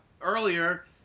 earlier